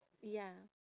ya